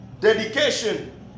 dedication